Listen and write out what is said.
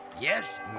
Yes